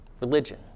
religion